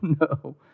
no